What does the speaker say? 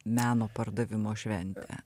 meno pardavimo šventę